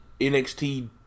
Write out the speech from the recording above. NXT